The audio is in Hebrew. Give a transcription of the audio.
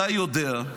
אתה יודע,